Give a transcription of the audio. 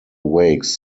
wakes